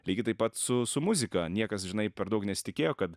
lygiai taip pat su su muzika niekas žinai per daug nesitikėjo kad